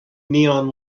neon